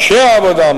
אנשי העבודה,